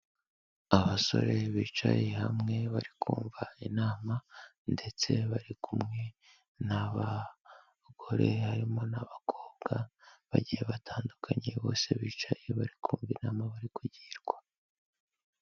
Abasore bicaye hamwe bari kumva inama ndetse bari kumwe n'abagore harimo n'abakobwa bagiye batandukanye, bose bicaye bari kumva inama bari kugirwa.